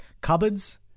cupboards